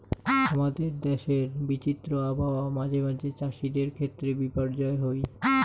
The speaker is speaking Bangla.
হামাদের দেশের বিচিত্র আবহাওয়া মাঝে মাঝে চ্যাসিদের ক্ষেত্রে বিপর্যয় হই